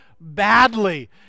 badly